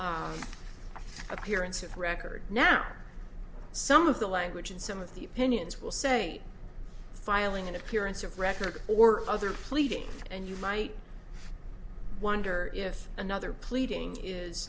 appearance of a record now some of the language and some of the opinions will say filing an appearance of record or other pleading and you might wonder if another pleading is